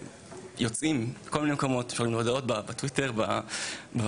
יוצאים בכל מיני מקומות שולחים הודעות בטוויטר ובמייל.